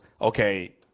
okay